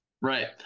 Right